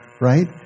right